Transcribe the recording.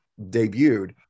debuted